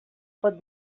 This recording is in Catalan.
pot